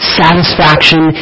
satisfaction